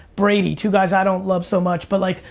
brady, two guys i don't love so much but like,